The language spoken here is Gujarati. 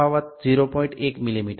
1 મીલીમીટર છે